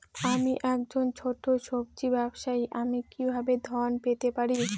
আমি একজন ছোট সব্জি ব্যবসায়ী আমি কিভাবে ঋণ পেতে পারি?